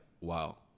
wow